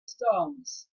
stones